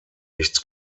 nichts